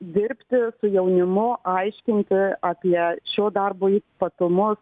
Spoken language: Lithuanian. dirbti su jaunimu aiškinti apie šio darbo ypatumus